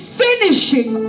finishing